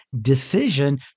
decision